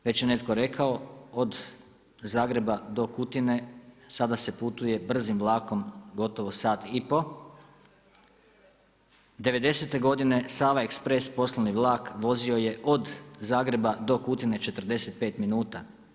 Već je netko rekao od Zagreba do Kutine sada se putuje brzim vlakom gotovo sat i pol, '90.-te godine Sava Express poslovni vlak vozio je od Zagreba do Kutine 45 minuta.